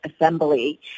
Assembly